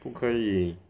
不可以